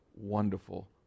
wonderful